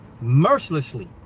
mercilessly